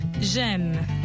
j'aime